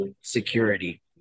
security